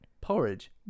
porridge